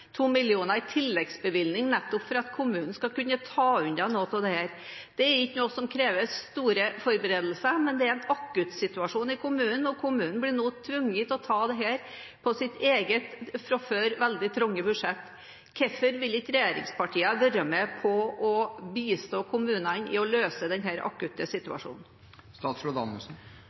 i tilleggsbevilgning, nettopp for at kommunen skal kunne ta unna noe av dette. Det er ikke noe som krever store forberedelser, men det er en akutt situasjon i kommunen, og kommunen blir nå tvunget til å ta dette fra sitt eget – og fra før veldig trange – budsjett. Hvorfor vil ikke regjeringspartiene være med på å bistå kommunene med å løse denne akutte